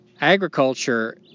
Agriculture